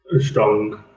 strong